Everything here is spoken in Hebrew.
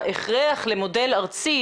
ההכרח למודל ארצי,